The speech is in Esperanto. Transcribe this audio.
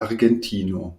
argentino